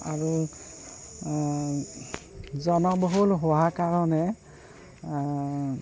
আৰু জনবহুল হোৱা কাৰণে